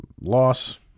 loss